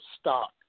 stock